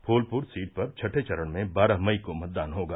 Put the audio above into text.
Phulpur seat पर छठें चरण में बारह मई को मतदान होगा